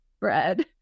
bread